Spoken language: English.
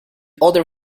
other